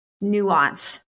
nuance